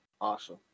awesome